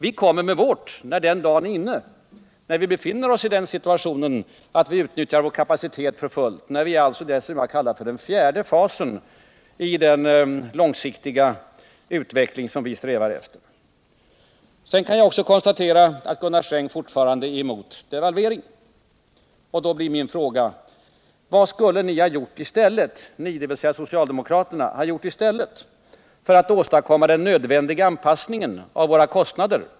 Vi kommer att redovisa vårt recept när den dagen är inne, när vi befinner oss i den situationen att vi utnyttjar vår kapacitet för fullt, när vi alltså befinner oss i den som vi kallar det — fjärde fasen i den långsiktiga utveckling som vi strävar efter. Vidare konstaterar jag att Gunnar Sträng fortfarande är emot devalveringen. Min fråga blir då: Vad skulle ni socialdemokrater ha gjort i stället för att därmed åstadkomma den nödvändiga anpassningen av våra kostnader?